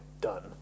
done